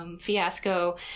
fiasco